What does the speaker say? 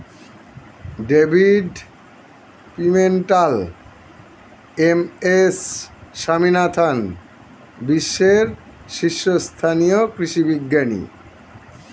David Pimentel, M S Swaminathan বিশ্বের শীর্ষস্থানীয় কৃষি বিজ্ঞানী